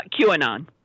QAnon